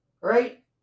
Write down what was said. Right